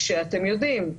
כשאתם יודעים,